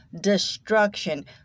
destruction